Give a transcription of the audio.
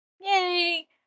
Yay